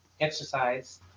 exercise